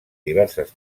diverses